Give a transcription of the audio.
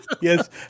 yes